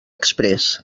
exprés